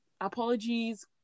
apologies